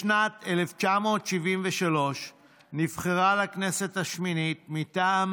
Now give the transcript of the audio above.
בשנת 1973 נבחרה לכנסת השמונה מטעם